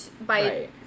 by-